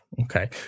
Okay